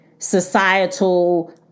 societal